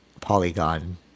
Polygon